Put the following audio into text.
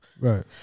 Right